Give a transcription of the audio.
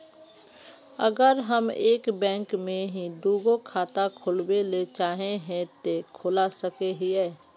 अगर हम एक बैंक में ही दुगो खाता खोलबे ले चाहे है ते खोला सके हिये?